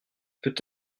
peut